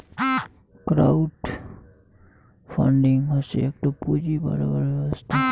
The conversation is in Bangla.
ক্রউড ফান্ডিং হসে একটো পুঁজি বাড়াবার ব্যবস্থা